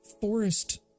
Forest